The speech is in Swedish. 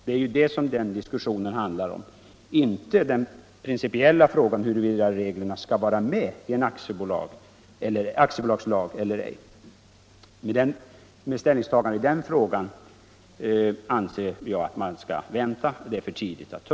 Det är ju detta diskussionen handlar om, inte om den principiella frågan huruvida reglerna skall vara med i en aktiebolagslag eller ej. Med ställningstagandet i den frågan anser jag att man bör vänta. Den är för tidigt väckt.